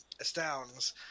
Astounds